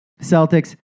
Celtics